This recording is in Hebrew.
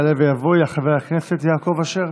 יעלה ויבוא חבר הכנסת יעקב אשר.